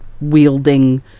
wielding